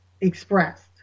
expressed